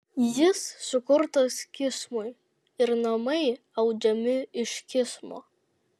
jis sukurtas kismui ir namai audžiami iš kismo